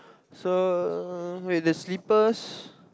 so wait the slippers